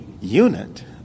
unit